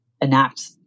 enact